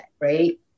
right